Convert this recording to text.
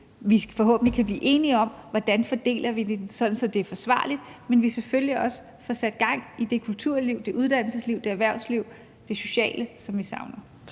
vi forhåbentlig kan blive enige om, hvordan vi fordeler det, sådan at det er forsvarligt, men at vi selvfølgelig også får sat i gang i det kulturliv, det uddannelsesliv, det erhvervsliv, det sociale, som vi savner.